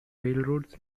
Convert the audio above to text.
railroads